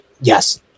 yes